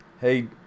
hey